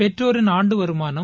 பெற்றோறின் ஆண்டு வருமானம்